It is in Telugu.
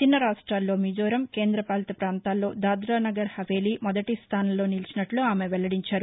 చిన్న రాష్టాల్లో మిజోరం కేంద్రపాలిత ప్రాంతాల్లో దాదాసగర్ హవేలి మొదటి స్థానంలో నిలిచినట్లు ఆమె వెల్లడించారు